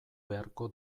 beharko